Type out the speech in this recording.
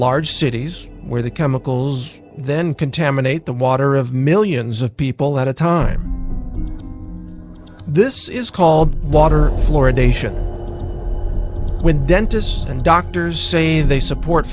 large cities where the chemicals then contaminate the water of millions of people at a time this is called water fluoridation when dentists and doctors say they support